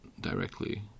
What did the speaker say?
directly